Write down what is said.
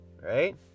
Right